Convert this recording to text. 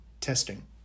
testing